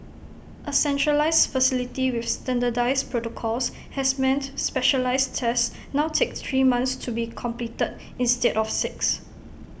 A centralised facility with standardised protocols has meant specialised tests now take three months to be completed instead of six